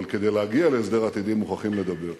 אבל כדי להגיע להסדר עתידי, מוכרחים לדבר.